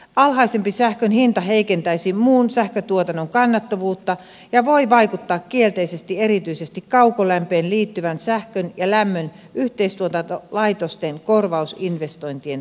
alhaisempi sähkön hinta heikentäisi muun sähköntuotannon kannattavuutta ja voi vaikuttaa kielteisesti erityisesti kaukolämpöön liittyvien sähkön ja lämmön yhteistuotantolaitosten korvausinvestointien toteuttamiseen